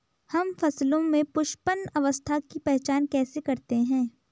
हम फसलों में पुष्पन अवस्था की पहचान कैसे करते हैं?